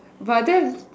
but then